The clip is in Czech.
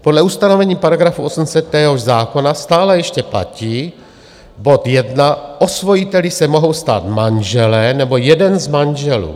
Podle ustanovení § 800 téhož zákona stále ještě platí bod 1: osvojiteli se mohou stát manželé nebo jeden z manželů.